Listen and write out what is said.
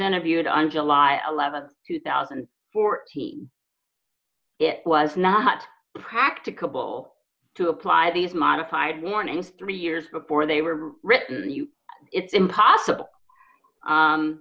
interviewed on july th two thousand and fourteen it was not practicable to apply these modified warnings three years before they were written you it's impossible